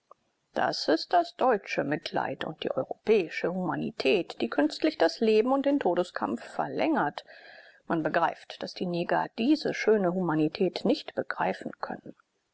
das ist das deutsche mitleid und die europäische humanität die künstlich das leben und den todeskampf verlängert man begreift daß die neger diese schöne humanität nicht begreifen können